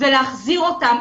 ולהחזיר אותם.